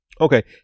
Okay